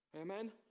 Amen